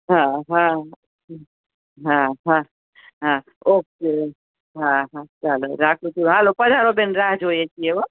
હા હા હા હા હા ઓકે હા હા ચાલો રાખું છું ચાલો પધારો બહેન રાહ જોઈએ છીએ હોં હા